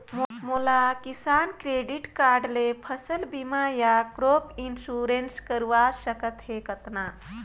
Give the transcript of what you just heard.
मोला किसान credit card ले फसल बीमा या क्रॉप इंश्योरेंस करवा सकथ हे कतना?